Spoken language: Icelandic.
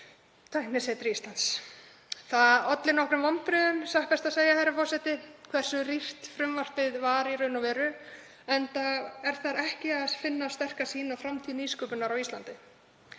enda er þar ekki að finna sterka sýn á framtíð nýsköpunar á Íslandi.